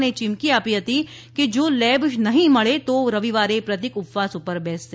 અને ચીમકી આપી હતી કે જો લેબ નહિ મળે તો રવિવારે પ્રતીક ઉપવાસ પાર બેસશે